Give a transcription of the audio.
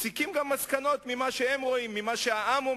מסיקים גם מסקנות ממה שהם רואים,